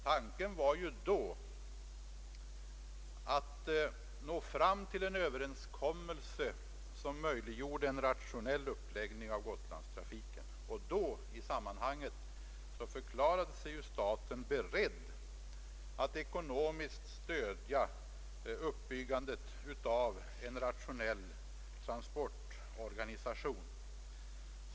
Tanken var då att nå fram till en överenskommelse som möjliggjorde en rationell uppläggning av Gotlandstrafiken, och i det sammanhanget förklarade sig staten beredd att ekonomiskt stödja uppbyggandet av en rationell transportorganisation.